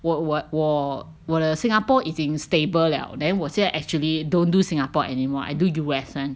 我我我的 Singapore 已经 stable liao then 我现在 actually don't do Singapore anymore I do U_S [one]